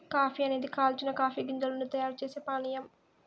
coffee అనేది కాల్చిన coffee గింజల నుండి తయారు చేసే పానీయం